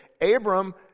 Abram